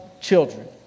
children